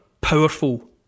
powerful